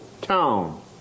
town